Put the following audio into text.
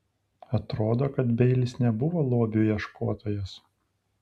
atrodo kad beilis nebuvo lobių ieškotojas